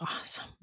Awesome